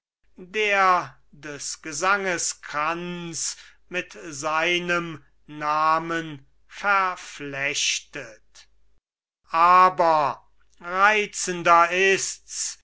der des gesanges kranz mit seinem namen verflechtet aber reizender ist's